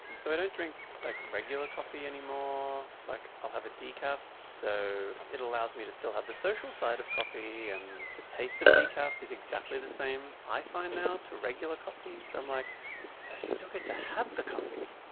so i don't drink like regular coffee anymore. like i'll have a decaf, so it allows me to still have the social side of coffee and the taste of decaf is exactly the same i find now to regular coffee, so um like so i still get to have the coffee.